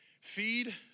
feed